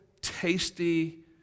tasty